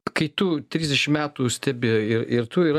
kai tu trisdešim metų stebi ir ir tu ir